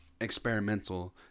experimental